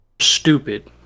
stupid